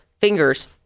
fingers